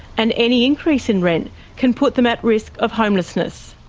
and any increase in rent can put them at risk of homelessness.